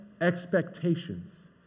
expectations